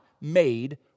made